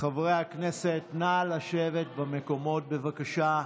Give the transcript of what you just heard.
חברי הכנסת, נא לשבת במקומות, בבקשה.